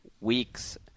weeks